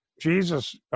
jesus